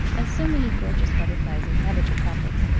as so many gorgeous butterflies inhabit the tropics,